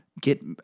Get